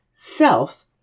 Self